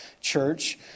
Church